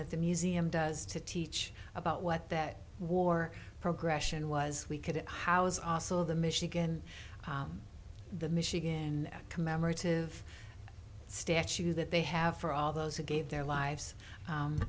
that the museum does to teach about what that war progression was we couldn't house also the michigan the michigan commemorative statue that they have for all those who gave their lives